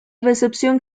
recepción